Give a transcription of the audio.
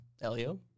Elio